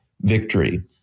victory